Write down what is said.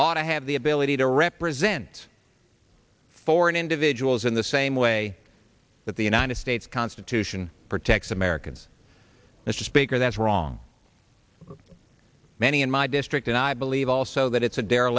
ought to have the ability to represent foreign individuals in the same way that the united states constitution protects americans mr speaker that's wrong many in my district and i believe also that it's